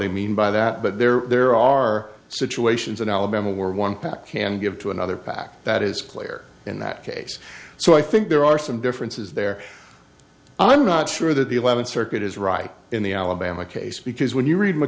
they mean by that but there are there are situations in alabama where one pac can give to another pac that is clear in that case so i think there are some differences there i'm not sure that the eleventh circuit is right in the alabama case because when you read m